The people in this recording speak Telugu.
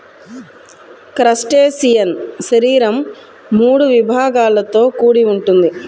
క్రస్టేసియన్ శరీరం మూడు విభాగాలతో కూడి ఉంటుంది